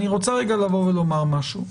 אני רוצה לומר משהו.